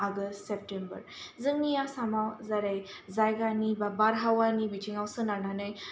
August September जोंनि आसामाव जेरै जायगानि बा बारहावानि बिथिंआव सोनारनानै